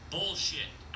Bullshit